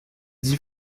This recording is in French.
dix